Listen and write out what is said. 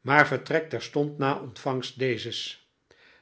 maar vertrek terstond na ontvangstdezes